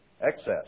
Excess